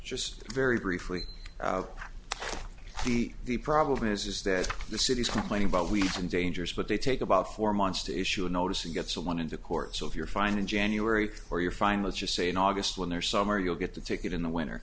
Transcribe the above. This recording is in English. just very briefly the the problem is is that the city is complaining about we dangerous but they take about four months to issue a notice and get someone into court so if you're fine in january or you're fine let's just say in august when they're summer you'll get the ticket in the winter